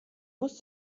muss